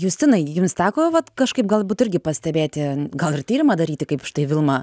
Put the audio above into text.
justinai jums teko vat kažkaip galbūt irgi pastebėti gal ir tyrimą daryti kaip štai vilma